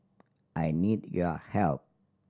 I need your help